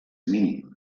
mínim